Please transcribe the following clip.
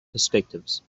perspectives